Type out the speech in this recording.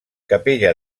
capella